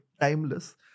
timeless